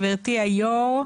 גברתי היו"ר,